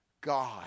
God